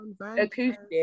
acoustic